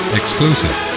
exclusive